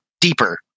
deeper